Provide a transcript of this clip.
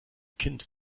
kind